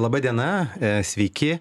laba diena sveiki